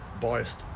biased